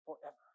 forever